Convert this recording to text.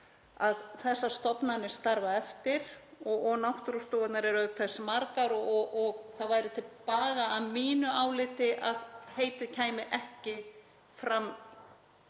sem þessar stofnanir starfa eftir. Náttúrustofurnar eru auk þess margar og það væri til baga að mínu áliti að heitið kæmi ekki fram